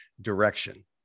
direction